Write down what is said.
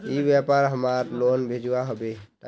ई व्यापार हमार लोन भेजुआ हभे?